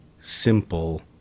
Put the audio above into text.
simple